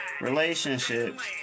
relationships